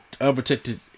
unprotected